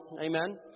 amen